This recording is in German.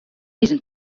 diesen